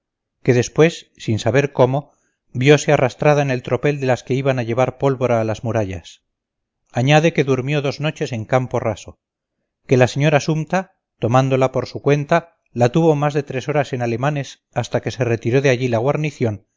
que después sin saber cómo viose arrastrada en el tropel de las que iban a llevar pólvora a las murallas añade que durmió dos noches en campo raso que la señora sumta tomándola por su cuenta la tuvo más de tres horas en alemanes hasta que se retiró de allí la guarnición